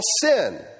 sin